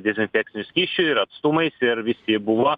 dezinfekciniu skysčiu ir atstumais ir visi buvo